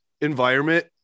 environment